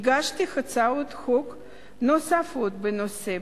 הגשתי הצעות חוק נוספות בנושא,